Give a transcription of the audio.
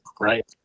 right